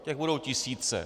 Těch budou tisíce.